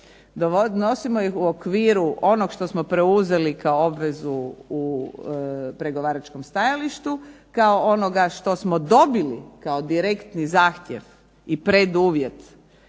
Donosimo ih u okviru ono što smo preuzeli kao obvezu u pregovaračkom stajalištu, kao onoga što smo dobili kao direktni zahtjev i preduvjet